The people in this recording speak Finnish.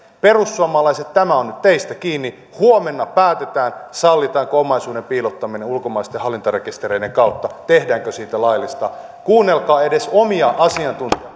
perussuomalaiset tämä on nyt teistä kiinni huomenna päätetään sallitaanko omaisuuden piilottaminen ulkomaisten hallintarekistereiden kautta tehdäänkö siitä laillista kuunnelkaa edes omia